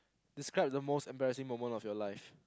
describe the most embarrassing moment of your life